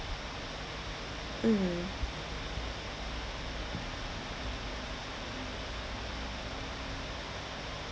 mm